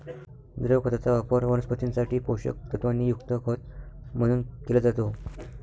द्रव खताचा वापर वनस्पतीं साठी पोषक तत्वांनी युक्त खत म्हणून केला जातो